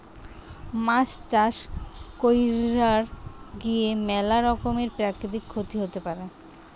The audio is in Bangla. মাছ চাষ কইরার গিয়ে ম্যালা রকমের প্রাকৃতিক ক্ষতি হতে পারে